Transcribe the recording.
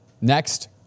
Next